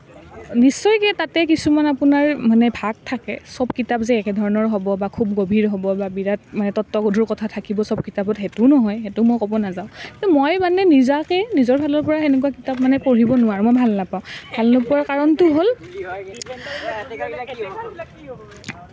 নিশ্চয়কৈ তাতে কিছুমান আপোনাৰ মানে ভাগ থাকে সব কিতাপ যে একেধৰণৰ হ'ব বা খুব গভীৰ হ'ব বা বিৰাট মানে তত্বগধুৰ কথা থাকিব সব কিতাপত সেইটোও নহয় সেইটোও মই ক'ব নাযাওঁ কিন্তু মই মানে নিজাকে নিজৰ ফালৰ পৰা সেনেকুৱা কিতাপ মানে পঢ়িব নোৱাৰোঁ মই ভাল নাপাওঁ ভাল নোপোৱাৰ কাৰনটো হ'ল